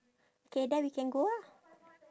K then we can go ah